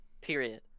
period